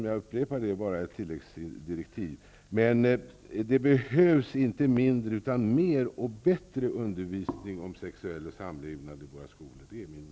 Jag upprepar därför att ett tilläggsdirektiv här borde föreligga. Det behövs inte mindre av sexual och samlevnadsundervisning i våra skolor utan mer och bättre.